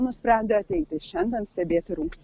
nusprendė ateiti šiandien stebėti rungt